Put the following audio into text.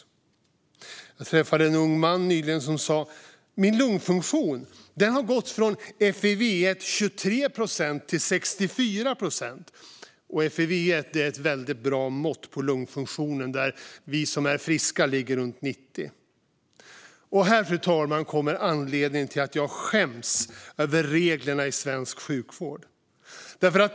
Nyligen träffade jag en ung man som sa: Min lungfunktion har gått från FEV1 23 procent till 64 procent. Fru talman! Här kommer anledningen till att jag skäms över reglerna i svensk sjukvård.